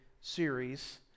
series